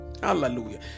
Hallelujah